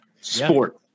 Sport